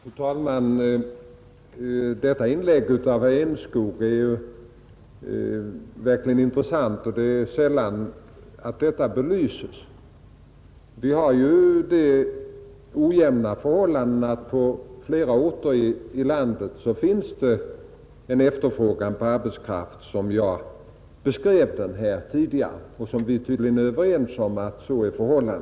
Fru talman! Detta inlägg av herr Enskog är verkligen intressant. Det är sällan som dessa förhållanden belyses. Vi har ju det ojämna förhållandet att det på flera orter i landet finns en efterfrågan på arbetskraft, som jag beskrev tidigare. Vi är tydligen överens om att så är fallet.